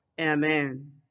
Amen